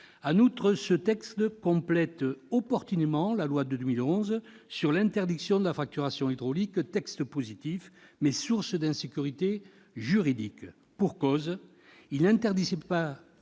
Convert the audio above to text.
En outre, ce texte complète opportunément la loi de 2011 sur l'interdiction de la fracturation hydraulique, texte positif, mais source d'insécurité juridique. En effet, il n'interdisait